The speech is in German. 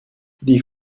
die